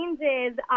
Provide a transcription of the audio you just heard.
changes